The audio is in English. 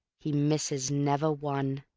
he misses never one.